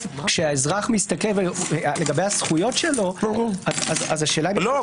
כשהאזרח מסתכל לגבי הזכויות שלו --- לא,